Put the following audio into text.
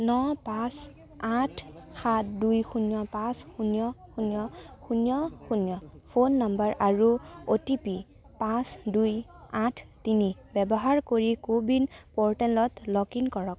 ন পাঁচ আঠ সাত দুই শূণ্য় পাঁচ শূণ্য় শূণ্য় শূণ্য় শূণ্য় ফোন নম্বৰ আৰু অ' টি পি পাঁচ দুই আঠ তিনি ব্যৱহাৰ কৰি কোৱিন প'ৰ্টেলত লগ ইন কৰক